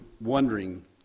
wondering